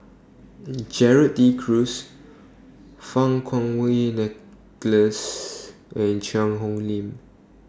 Gerald De Cruz Fang Kuo Wei Nicholas and Cheang Hong Lim